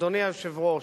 אדוני היושב-ראש,